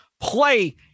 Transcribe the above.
play